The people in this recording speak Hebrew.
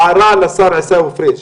הערה לשר עיסאווי פריג':